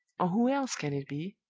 or who else can it be?